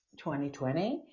2020